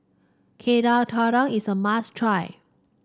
dadar is a must try